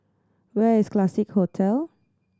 where is Classique Hotel